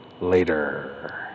later